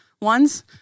ones